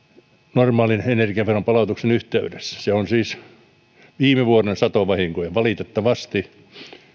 normaalin energiaveron palautuksen yhteydessä se on siis viime vuoden satovahinkoihin valitettavasti